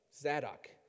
Zadok